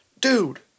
dude